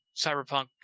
Cyberpunk